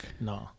No